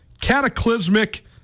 cataclysmic